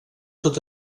tot